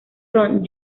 son